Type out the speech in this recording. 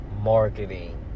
marketing